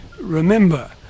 Remember